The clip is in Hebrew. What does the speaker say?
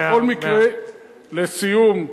בכל מקרה, לסיום,